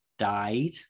died